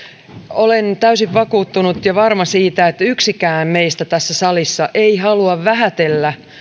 olen täysin vakuuttunut ja varma siitä että yksikään meistä tässä salissa ei halua vähätellä